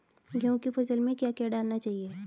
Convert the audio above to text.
गेहूँ की फसल में क्या क्या डालना चाहिए?